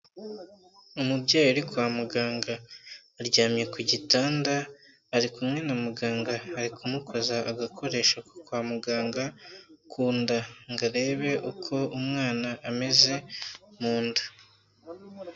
Umubyeyi uri kwa muganga aryamye ku gitanda, ari kumwe na muganga, ari kumukoza agakoresha ko kwa muganga ku nda ngo arebe uko umwana ameze mu nda.